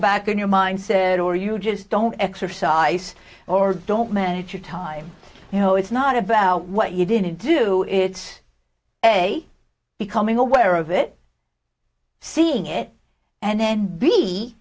back in your mindset or you just don't exercise or don't manage your time you know it's not about what you didn't do it's a becoming aware of it seeing it and then be